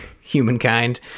Humankind